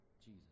Jesus